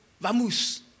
vamos